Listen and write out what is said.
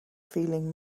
feeling